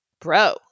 Bro